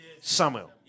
Samuel